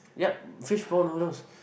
yup fishball noodles